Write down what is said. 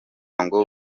ngo